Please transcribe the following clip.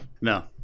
no